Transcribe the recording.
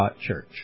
church